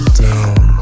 down